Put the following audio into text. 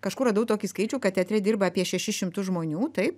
kažkur radau tokį skaičių kad teatre dirba apie šešis šimtus žmonių taip